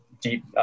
deep